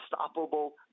unstoppable